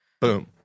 Boom